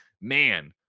man